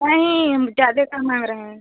नही हम ज्यादा कहाँ माँग रहे हैं